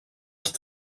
qui